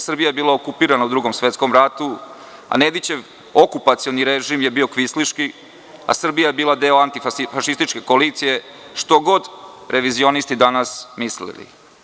Srbija je bila okupirana u Drugom svetskom ratu, a neviđen okupacioni režim je bio kvinsliški a Srbija je bila deo antifašističke koalicije, što god revizionisti danas mislili.